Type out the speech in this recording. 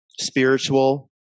spiritual